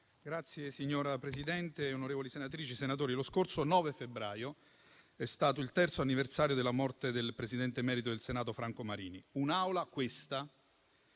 Signor Presidente, onorevoli senatrici e senatori, lo scorso 9 febbraio è stato il terzo anniversario della morte del Presidente emerito del Senato Franco Marini. Egli ha